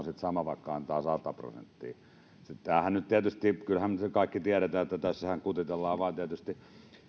sitten sama vaikka antaa sata prosenttia tietysti kyllähän me sen kaikki tiedämme että tässähän vain kutitellaan